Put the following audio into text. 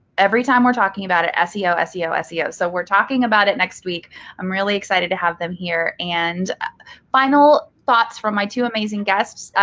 every time we're talking about it. seo, seo, seo. so we're talking about it next week i'm really excited to have them here. and final thoughts from my two amazing guests.